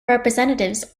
representatives